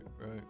Right